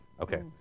Okay